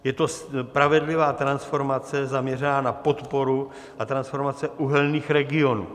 Je to spravedlivá transformace zaměřená na podporu a transformace uhelných regionů.